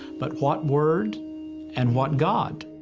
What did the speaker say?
but what word and what god?